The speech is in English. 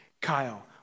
Kyle